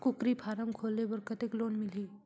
कूकरी फारम खोले बर कतेक लोन मिलही?